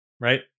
right